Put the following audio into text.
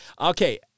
Okay